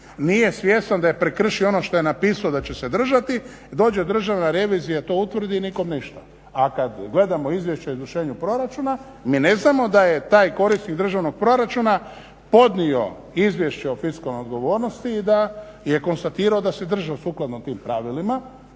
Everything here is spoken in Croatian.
nije svjestan da je prekršio ono što je napisao da će se držati i dođe državna revizija, to utvrdi i nikome ništa. A kada gledamo Izvješće o izvršenju proračuna, mi ne znamo da je taj korisnik državnog proračuna podnio Izvješće o fiskalnoj odgovornosti i da je konstatirao da se držao sukladno tim pravilima,